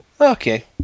Okay